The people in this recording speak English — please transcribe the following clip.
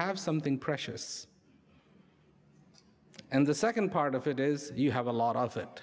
have something precious and the second part of it is you have a lot of it